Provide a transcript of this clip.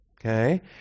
Okay